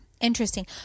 Interesting